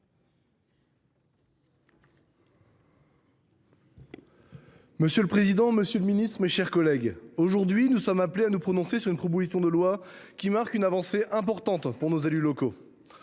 Monsieur le président, monsieur le ministre, mes chers collègues, nous sommes appelés à nous prononcer sur une proposition de loi qui marque une avancée importante pour nos élus locaux.